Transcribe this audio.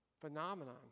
phenomenon